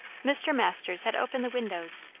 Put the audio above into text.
mr. masters had opened the windows,